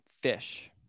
fish